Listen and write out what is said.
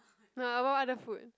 no I want other food